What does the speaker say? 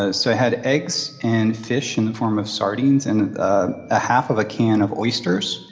ah so i had eggs and fish in the form of sardines and ah a half of a can of oysters.